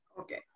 Okay